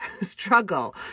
struggle